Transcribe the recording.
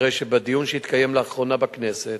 הרי בדיון שהתקבל לאחרונה בכנסת,